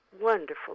wonderful